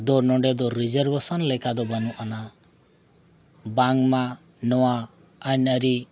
ᱫᱚ ᱱᱚᱰᱮ ᱫᱚ ᱞᱮᱠᱟ ᱫᱚ ᱵᱟᱹᱱᱩᱜ ᱟᱱᱟᱜ ᱵᱟᱝᱢᱟ ᱱᱚᱣᱟ ᱟᱹᱱᱼᱟᱹᱨᱤ